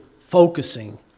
focusing